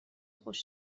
خوش